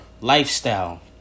lifestyle